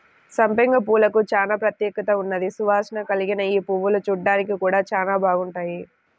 సంపెంగ పూలకు చానా ప్రత్యేకత ఉన్నది, సువాసన కల్గిన యీ పువ్వులు చూడ్డానికి గూడా చానా బాగుంటాయి